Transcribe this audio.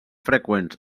freqüents